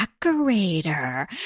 decorator